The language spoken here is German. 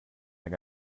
mehr